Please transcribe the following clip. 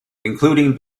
including